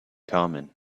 common